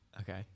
Okay